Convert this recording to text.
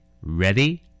Ready